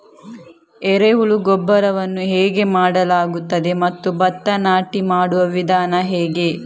ಎರೆಹುಳು ಗೊಬ್ಬರವನ್ನು ಹೇಗೆ ಮಾಡಲಾಗುತ್ತದೆ ಮತ್ತು ಭತ್ತ ನಾಟಿ ಮಾಡುವ ವಿಧಾನ ಹೇಗೆ?